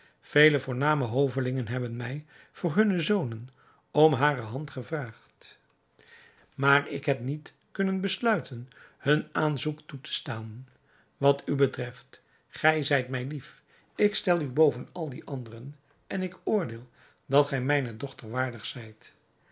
vele voorname hovelingen hebben mij voor hunne zonen om hare hand gevraagd maar ik heb niet kunnen besluiten hun aanzoek toe te staan wat u betreft gij zijt mij lief ik stel u boven al die anderen en ik oordeel dat gij mijne dochter waardig zijt